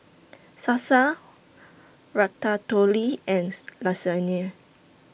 Salsa Ratatouille and Lasagne